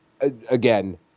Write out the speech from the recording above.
again